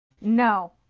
No